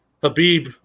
Habib